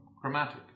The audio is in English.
chromatic